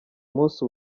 munsi